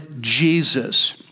Jesus